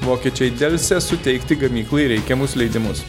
vokiečiai delsia suteikti gamyklai reikiamus leidimus